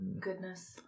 goodness